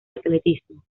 atletismo